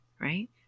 right